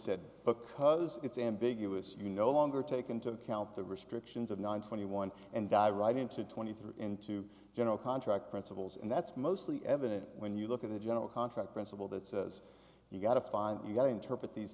cuz it's ambiguous you no longer take into account the restrictions of non twenty one and die right into twenty three in two general contract principles and that's mostly evident when you look at the general contract principle that says you've got to find your interpret these